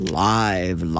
live